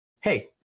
Hey